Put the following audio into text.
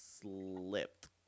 slipped